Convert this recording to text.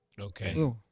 okay